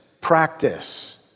practice